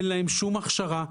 אין להם שום הכשרה.